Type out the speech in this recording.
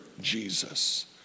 Jesus